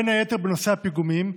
בין היתר בנושא הפיגומים,